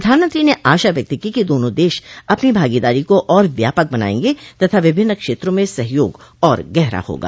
प्रधानमंत्री ने आशा व्यक्त की कि दोनों देश अपनी भागीदारी को और व्यापक बनाएंगे तथा विभिन्न क्षेत्रों में सहयोग और गहरा होगा